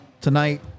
tonight